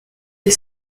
des